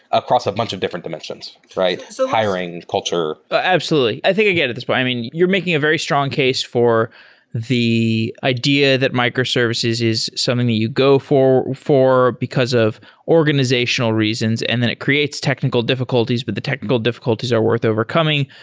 across a bunch of different dimensions so hiring, culture absolutely. i think again at this point. but i mean, you're making a very strong case for the idea that microservices is something that you go for for because of organizational reasons, and then it creates technical diffi culties, but the technical diffi culties are worth overcoming,